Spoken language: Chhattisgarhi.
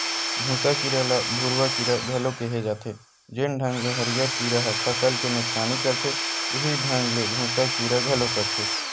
भूँसा कीरा ल भूरूवा कीरा घलो केहे जाथे, जेन ढंग ले हरियर कीरा ह फसल के नुकसानी करथे उहीं ढंग ले भूँसा कीरा घलो करथे